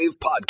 Podcast